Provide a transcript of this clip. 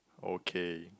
okay